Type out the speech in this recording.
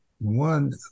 one